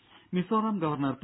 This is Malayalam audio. രുര മിസോറാം ഗവർണർ പി